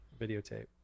videotape